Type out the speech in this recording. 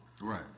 Right